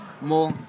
more